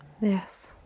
Yes